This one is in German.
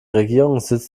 regierungssitz